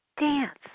dance